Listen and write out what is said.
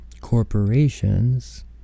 corporations